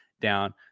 down